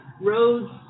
roads